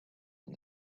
and